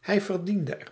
hij verdiende er